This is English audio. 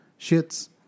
shits